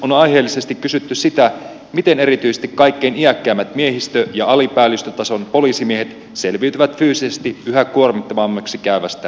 on aiheellisesti kysytty miten erityisesti kaikkein iäkkäimmät miehistö ja alipäällystötason poliisimiehet selviytyvät fyysisesti yhä kuormittavammaksi käyvästä työstään